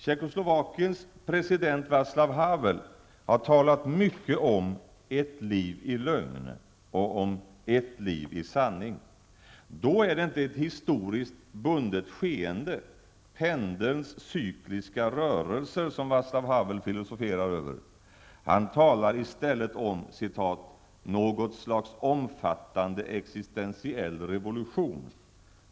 Tjeckoslovakiens president Vaclav Havel har talat mycket om ''ett liv i lögn'' och om ''ett liv i sanning''. Då är det inte ett historiskt bundet skeende, pendelns cykliska rörelser, som Vaclav Havel filosoferar över. Han talar i stället om ''något slags omfattande existentiell revolution''.